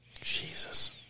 Jesus